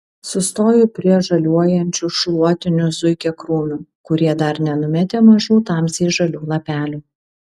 sustoju prie žaliuojančių šluotinių zuikiakrūmių kurie dar nenumetė mažų tamsiai žalių lapelių